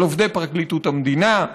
על עובדי פרקליטות המדינה,